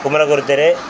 குமரகுரு தெரு